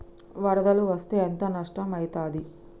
వరదలు వస్తే ఎంత నష్టం ఐతది?